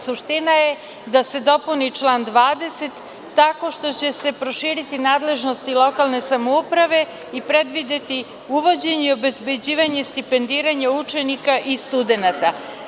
Suština je da se dopuni član 20. tako što će se proširiti nadležnosti lokalne samouprave i predvideti uvođenje i obezbeđivanje i stipendiranje učenika i studenata.